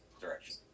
direction